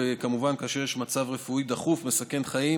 כמובן כאשר יש מצב רפואי דחוף מסכן חיים,